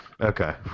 Okay